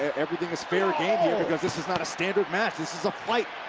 everything is fair game here because this is not a standard match. this is a fight.